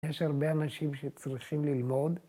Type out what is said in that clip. ‫יש הרבה אנשים שצריכים ללמוד,